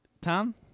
Tom